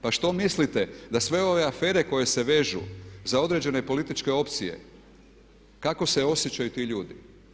Pa što mislite da sve ove afere koje se vežu za određene političke opcije kako se osjećaju ti ljudi?